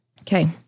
Okay